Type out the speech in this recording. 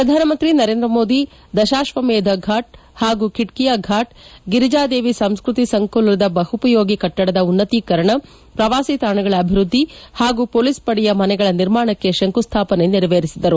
ಪ್ರಧಾನಮಂತ್ರಿ ನರೇಂದ್ರ ಮೋದಿ ದಶಾಶ್ವಮೇಧ ಫಾಟ್ ಹಾಗೂ ಖಿಡ್ಡಿಯಾ ಫಾಟ್ ಗಿರಿಜಾ ದೇವಿ ಸಂಸ್ಕೃತಿ ಸಂಕುಲಿದ ಬಹುಪಯೋಗಿ ಕಟ್ಟದ ಉನ್ನತೀಕರಣ ಪ್ರವಾಸಿ ತಾಣಗಳ ಅಭಿವೃದ್ಧಿ ಹಾಗೂ ಪೊಲೀಸ್ ಪಡೆಯ ಮನೆಗಳ ನಿರ್ಮಾಣಕ್ಕೆ ಶಂಕುಸ್ವಾಪನೆ ನೆರವೇಸಿದರು